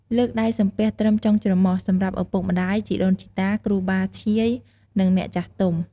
លើកដៃសំពះត្រឹមចុងច្រមុះ សម្រាប់ឪពុកម្តាយ ជីដូនជីតា គ្រូបាធ្យាយ និងអ្នកចាស់ទុំ។